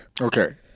Okay